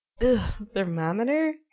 thermometer